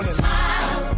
smile